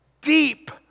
deep